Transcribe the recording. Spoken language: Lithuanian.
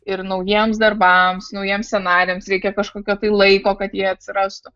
ir naujiems darbams naujiems scenarijams reikia kažkokio tai laiko kad jie atsirastų